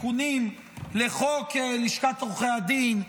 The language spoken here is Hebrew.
תיקונים לחוק לשכת הדין,